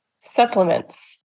supplements